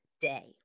day